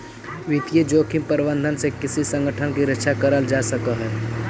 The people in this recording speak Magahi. वित्तीय जोखिम प्रबंधन से किसी संगठन की रक्षा करल जा सकलई हे